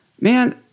man